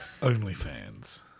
OnlyFans